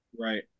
Right